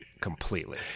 completely